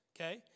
okay